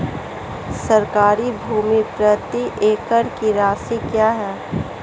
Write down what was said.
सरकारी भूमि प्रति एकड़ की राशि क्या है?